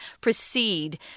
proceed